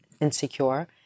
insecure